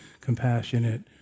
compassionate